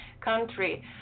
country